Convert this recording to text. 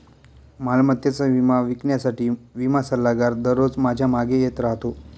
मालमत्तेचा विमा विकण्यासाठी विमा सल्लागार दररोज माझ्या मागे येत राहतो